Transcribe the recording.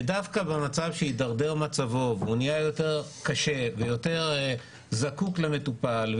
ודווקא במצב שהתדרדר מצבו והוא נהיה יותר קשה ויותר זקוק למטפל,